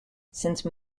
since